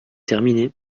terminé